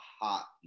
hot